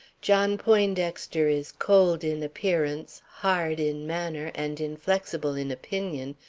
john poindexter is cold in appearance, hard in manner, and inflexible in opinion,